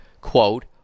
quote